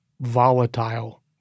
volatile